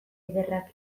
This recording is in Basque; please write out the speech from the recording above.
ederrak